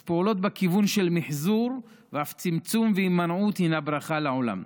אז פעולות בכיוון של מחזור ואף צמצום והימנעות הן ברכה לעולם.